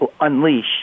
unleash